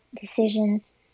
decisions